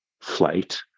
flight